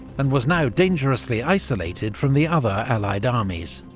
and was now dangerously isolated from the other allied armies.